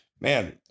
man